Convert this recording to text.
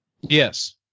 Yes